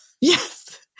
Yes